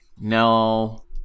No